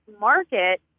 market